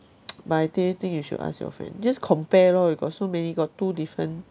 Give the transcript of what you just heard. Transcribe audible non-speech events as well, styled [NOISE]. [NOISE] but I still think you should ask your friend just compare lor you got so many got two different